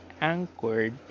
anchored